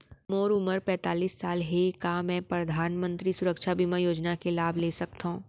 मोर उमर पैंतालीस साल हे का मैं परधानमंतरी सुरक्षा बीमा योजना के लाभ ले सकथव?